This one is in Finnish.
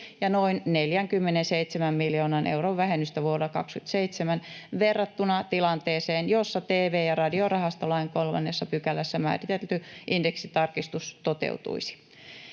ja noin 47 miljoonan euron vähennystä vuonna 27 verrattuna tilanteeseen, jossa tv- ja radiorahastolain 3 §:ssä määritelty indeksitarkistus toteutuisi.